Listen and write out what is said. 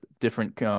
different